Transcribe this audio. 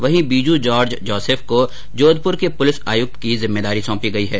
वहीं बीजू जॉर्ज जोसफ को जोधपुर के पुलिस आयुक्त की जिम्मेदारी सौंपी है